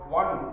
one